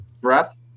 breath